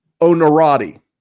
Onorati